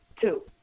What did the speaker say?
two